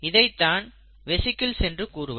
இதைதான் வெசிக்கில்ஸ் என்று கூறுவர்